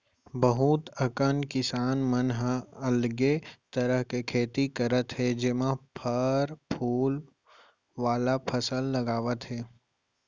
बहुत अकन किसान मन ह अलगे तरह के खेती करत हे जेमा फर फूल वाला फसल लगावत हे